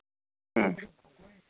ᱦᱮᱸ